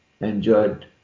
enjoyed